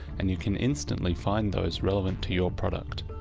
and you can instantly find those relevant to your product.